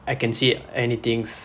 I can see anythings